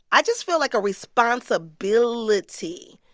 i just feel, like, a responsibility.